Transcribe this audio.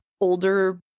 older